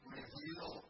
Reveal